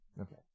okay